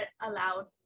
allowed